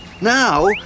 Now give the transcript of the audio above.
Now